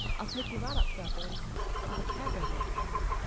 i'll take you right up to our boardinghouse. i've a cab ready outside.